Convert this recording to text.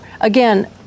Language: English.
again